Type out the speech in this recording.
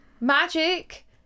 magic